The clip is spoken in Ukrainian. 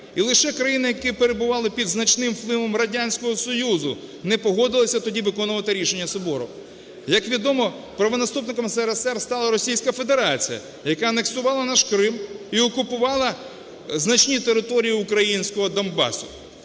І лише країни, які перебували під значним впливом Радянського Союзу, не погодилися тоді виконувати рішення Собору. Як відомо, правонаступником СРСР стала Російська Федерація, яка анексувала наш Крим і окупувала значні території українського Донбасу.